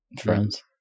friends